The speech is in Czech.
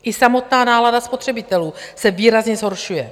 I samotná nálada spotřebitelů se výrazně zhoršuje.